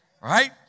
Right